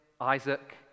Isaac